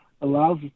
allows